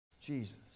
Jesus